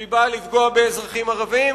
שהיא נועדה לפגוע באזרחים ערבים.